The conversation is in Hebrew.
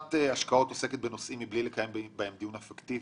"ועדת השקעות עוסקת בנושאים מבלי לקיים בהם דיון אפקטיבי,